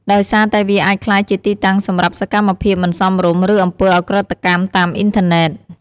ដោយសារតែវាអាចក្លាយជាទីតាំងសម្រាប់សកម្មភាពមិនសមរម្យ ឬអំពើឧក្រិដ្ឋកម្មតាមអ៊ីនធឺណិត។